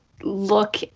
look